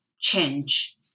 change